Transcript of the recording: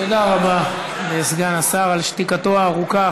תודה רבה לסגן השר על שתיקתו הארוכה.